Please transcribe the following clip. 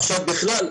עכשיו בכלל.